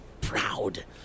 proud